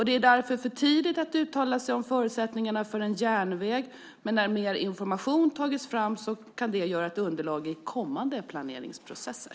Det är därför för tidigt att uttala sig om förutsättningarna för en järnväg, men när mer information tagits fram kan den utgöra underlag i kommande planeringsprocesser.